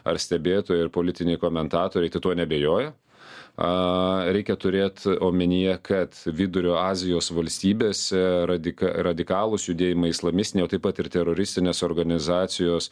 ar stebėtojai ir politiniai komentatoriai tai tuo neabejoja a reikia turėt omenyje kad vidurio azijos valstybėse radika radikalūs judėjimai islamistiniai o taip pat ir teroristinės organizacijos